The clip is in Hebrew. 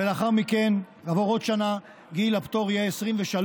ולאחר מכן, כעבור עוד שנה, גיל הפטור יהיה 23,